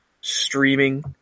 streaming